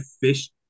fish